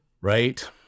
Right